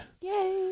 Yay